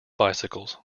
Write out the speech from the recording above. bicycles